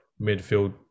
midfield